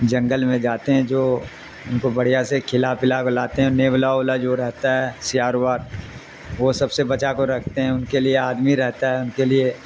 جنگل میں جاتے ہیں جو ان کو بڑھیا سے کھلا پلا کو لاتے ہیں نیبلا اولا جو رہتا ہے سیاروار وہ سب سے بچا کو رکھتے ہیں ان کے لیے آدمی رہتا ہے ان کے لیے